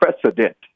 precedent